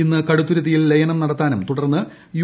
ഇന്ന് കടുത്തുരുത്തിയിൽ ലയനം നടത്താനും തുടർന്ന് യു